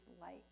light